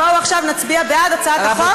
בואו עכשיו נצביע בעד הצעת החוק,